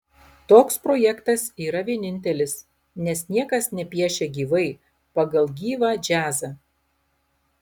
toks projektas yra vienintelis nes niekas nepiešia gyvai pagal gyvą džiazą